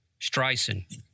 Streisand